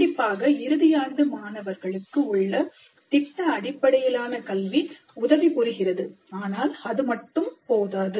கண்டிப்பாக இறுதி ஆண்டு மாணவர்களுக்கு உள்ள திட்ட அடிப்படையிலான கல்வி உதவி புரிகிறது ஆனால் அது மட்டும் போதாது